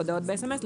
הודעות ב-SMS,